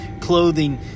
clothing